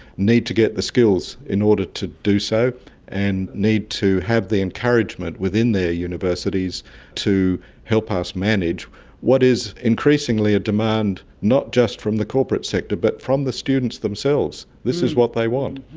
need to get the skills in order to do so and need to have the encouragement within their universities to help us manage what is increasingly a demand not just from the corporate sector but from the students themselves. this is what they want.